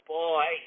boy